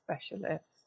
specialists